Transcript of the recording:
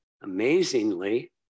amazingly